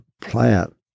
plant